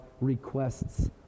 requests